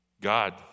God